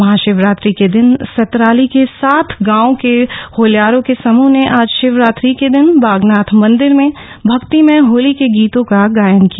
महाशिवरात्रि के दिन सतराली के सात गांवों के होल्यारों के समृह ने आज महाशिवरात्रि के दिन बागनाथ मंदिर ने भक्तिमय होली के गीतों का गायन किया